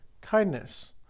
kindness